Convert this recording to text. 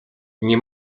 nie